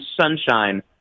sunshine